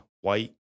white